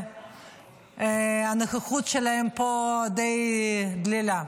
והנוכחות שלהם פה די דלילה.